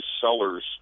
sellers